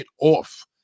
off